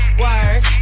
work